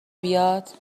بیاد